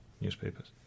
newspapers